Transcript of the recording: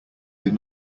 did